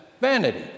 vanity